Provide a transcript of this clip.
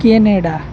Canada